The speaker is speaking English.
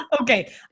Okay